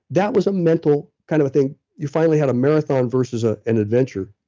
that was a mental kind of thing you finally had a marathon versus ah an adventure,